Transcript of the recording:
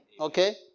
Okay